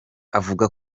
avuga